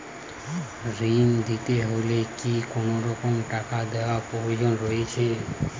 ঋণ নিতে হলে কি কোনরকম টাকা দেওয়ার প্রয়োজন রয়েছে?